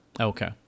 Okay